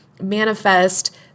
manifest